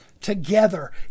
together